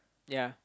ya